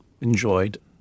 enjoyed